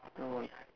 now what